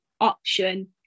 option